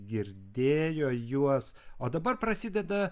girdėjo juos o dabar prasideda